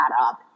up